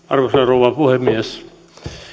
arvoisa rouva puhemies